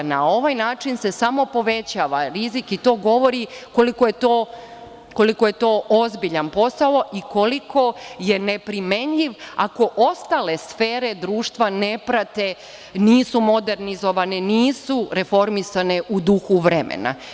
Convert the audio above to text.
Na ovaj način se samo povećava rizik i to govori koliko je to ozbiljan posao i koliko je neprimenjiv ako ostale sfere društva ne prate, nisu modernizovane, nisu reformisane u duhu vremena.